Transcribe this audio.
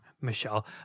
Michelle